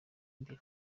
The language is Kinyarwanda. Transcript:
imbere